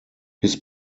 his